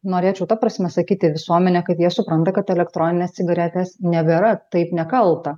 norėčiau ta prasme sakyti visuomenė kad jie supranta kad elektroninės cigaretės nebėra taip nekalta